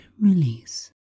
release